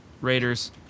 Raiders